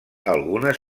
algunes